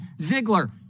Ziegler